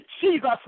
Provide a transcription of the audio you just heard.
Jesus